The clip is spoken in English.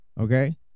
Okay